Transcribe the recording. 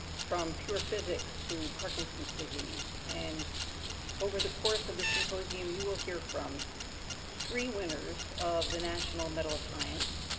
from pure physics to parkinson's disease. and over the course of this symposium, you will hear from three winners of the national medal of science,